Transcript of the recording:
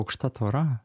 aukšta tvora